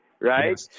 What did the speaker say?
Right